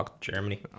germany